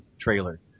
trailer